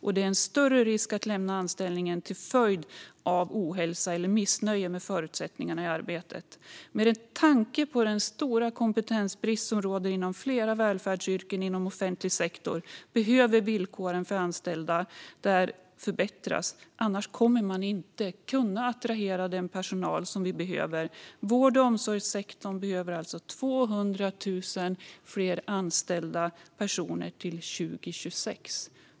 Det är också större risk att man lämnar anställningen till följd av ohälsa eller missnöje med förutsättningarna i arbetet. Med tanke på den stora kompetensbrist som råder inom flera välfärdsyrken inom offentlig sektor behöver villkoren för anställda där förbättras, annars kommer vi inte att kunna attrahera den personal vi behöver. Vård och omsorgssektorn behöver 200 000 fler anställda till 2026.